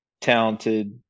Talented